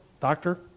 Doctor